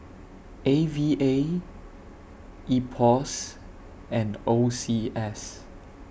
A V A Ipos and O C S